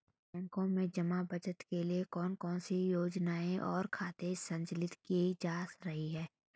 बैंकों में जमा बचत के लिए कौन कौन सी योजनाएं और खाते संचालित किए जा रहे हैं?